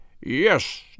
Yes